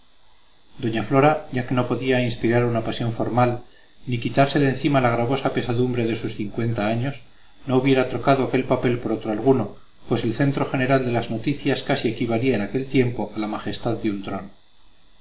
doña flora ya que no podía inspirar una pasión formal ni quitarse de encima la gravosa pesadumbre de sus cincuenta años no hubiera trocado aquel papel por otro alguno pues el centro general de las noticias casi equivalía en aquel tiempo a la majestad de un trono